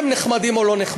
לא כי הם נחמדים או לא נחמדים,